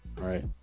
right